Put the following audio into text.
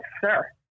sir